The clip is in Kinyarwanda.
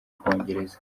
bwongereza